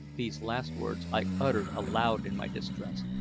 these last words i uttered aloud in my distress.